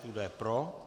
Kdo je pro?